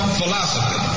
philosophy